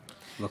בבקשה.